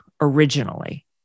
originally